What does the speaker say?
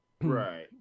Right